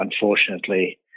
Unfortunately